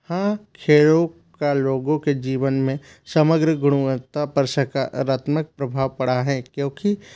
हाँ खेलों का लोगो के जीवन में समग्र गुणवत्ता पर सकारात्मक प्रभाव पड़ा है क्योंकि